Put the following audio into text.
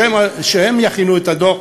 שהם יכינו את הדוח,